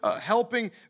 helping